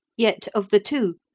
yet, of the two,